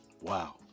Wow